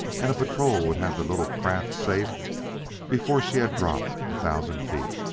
and a patrol would have the little craft safe before she had dropped a thousand feet.